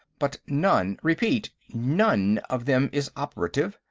but none, repeat none, of them is operative.